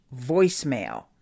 voicemail